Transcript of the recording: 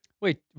wait